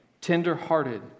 tender-hearted